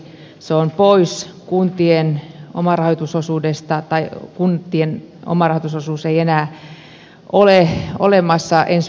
se on pois kun tien omarahoitusosuudesta tai kuntien omarahoitusosuus ei enää ole olemassa ensi vuoden alusta lähtien